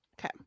Okay